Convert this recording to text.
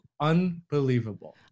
unbelievable